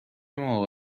موقع